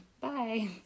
Bye